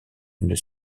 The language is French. une